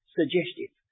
suggestive